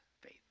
faith